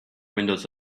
windows